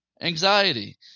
Anxiety